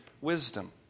wisdom